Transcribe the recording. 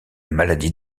maladie